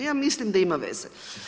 Ja mislim da ima veze.